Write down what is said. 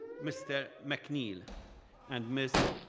mr. mcneal and ms.